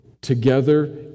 together